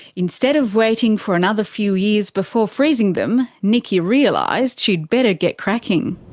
instead of waiting for another few years before freezing them, nikki realised she'd better get cracking.